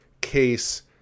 case